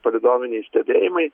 palydoviniai stebėjimai